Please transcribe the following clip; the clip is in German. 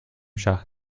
schach